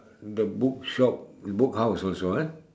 the bookshop the book house also ah